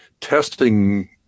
testing